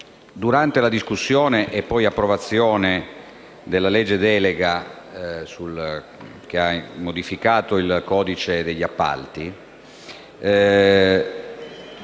durante la discussione e poi approvazione della legge delega che ha modificato il codice degli appalti,